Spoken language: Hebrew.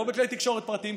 לא בכלי תקשורת פרטיים,